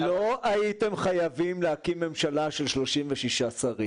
לא הייתם חייבים להקים ממשלה של 36 שרים,